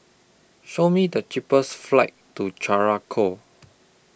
Show Me The cheapest flights to Curacao